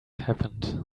happened